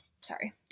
sorry